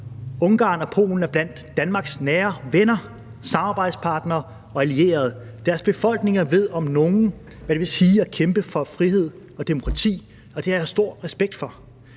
Ungarn og Polen er blandt Danmarks nære venner, samarbejdspartnere og allierede. Deres befolkninger ved om nogen, hvad det vil sige at kæmpe for frihed og demokrati, og det har jeg stor respekt for.